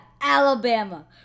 Alabama